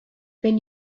then